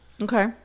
Okay